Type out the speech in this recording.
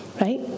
right